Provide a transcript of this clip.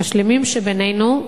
השלמים שבינינו,